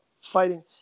fighting